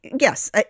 yes